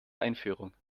einführung